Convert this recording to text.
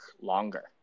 longer